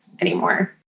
anymore